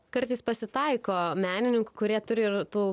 kartais pasitaiko menininkų kurie turi ir tų